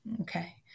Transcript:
Okay